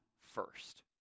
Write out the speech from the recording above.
first